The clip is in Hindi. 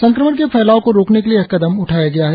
संक्रमण के फैलाव को रोकने के लिए यह कदम उठाया गया है